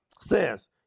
says